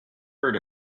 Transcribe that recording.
heard